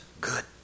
good